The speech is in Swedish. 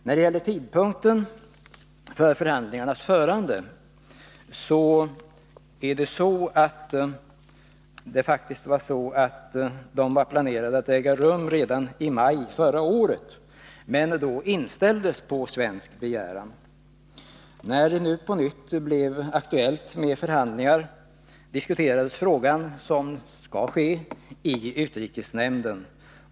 När det gäller tidpunkten för förhandlingarnas förande, så var de faktiskt planerade att äga rum redan i maj förra året men inställdes då på svensk begäran. När det nu på nytt blev aktuellt med förhandlingar diskuterades frågan, så som skall ske, i utrikesnämnden.